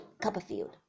Copperfield